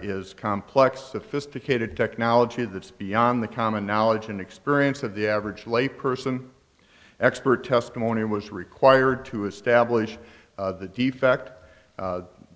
is complex sophisticated technology that's beyond the common knowledge and experience of the average lay person expert testimony was required to establish the defect